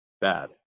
Bad